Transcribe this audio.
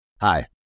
Hi